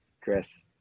Chris